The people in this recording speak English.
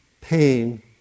pain